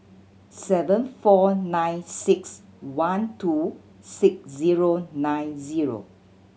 seven four nine six one two six zero nine zero